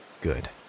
good